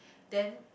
then